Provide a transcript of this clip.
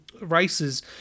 races